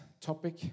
topic